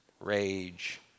rage